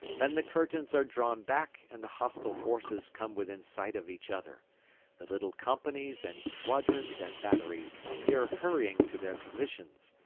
then the curtains are drawn back and the hostile forces come within sight of each other the little companies and squadrons and batteries appear hurrying to their positions,